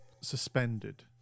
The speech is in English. suspended